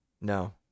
No